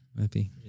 Happy